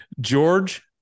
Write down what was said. George